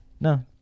No